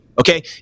Okay